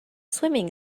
swimming